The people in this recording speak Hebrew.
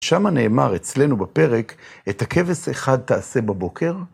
שמה נאמר אצלנו בפרק, את הכבש אחד תעשה בבוקר.